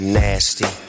nasty